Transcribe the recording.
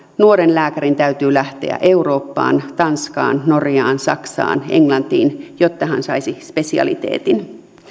nuoren lääkärin täytyy lähteä eurooppaan tanskaan norjaan saksaan englantiin jotta hän saisi spesialiteetin